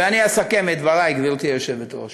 אני אסכם את דברי, גברתי היושבת-ראש.